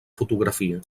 fotografia